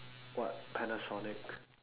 what panasonic